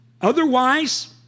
Otherwise